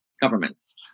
governments